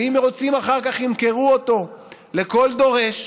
ואם הם רוצים, אחר כך ימכרו אותו לכל דורש,